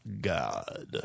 God